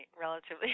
Relatively